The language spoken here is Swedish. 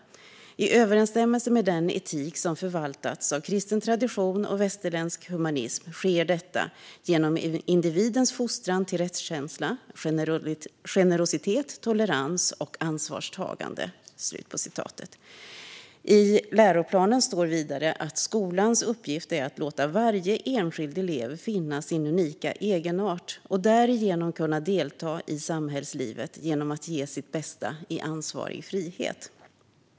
I överensstämmelse med den etik som förvaltats av kristen tradition och västerländsk humanism sker detta genom individens fostran till rättskänsla, generositet, tolerans och ansvarstagande." I läroplanen står vidare att "skolans uppgift är att låta varje enskild elev finna sin unika egenart och därigenom kunna delta i samhällslivet genom att ge sitt bästa i ansvarig frihet".